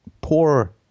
poor